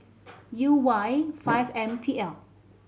U Y five M P L